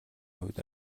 хувьд